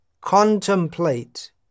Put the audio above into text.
contemplate